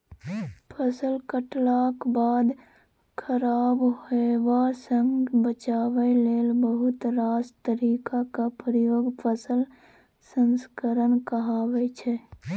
फसल कटलाक बाद खराब हेबासँ बचाबै लेल बहुत रास तरीकाक प्रयोग फसल संस्करण कहाबै छै